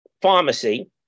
pharmacy